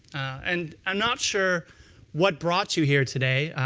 and i'm not sure what brought you here today.